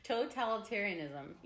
Totalitarianism